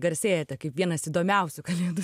garsėjate kaip vienas įdomiausių kalėdų